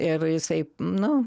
ir jisai nu